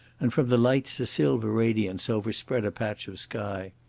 and from the lights a silver radiance overspread a patch of sky.